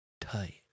tight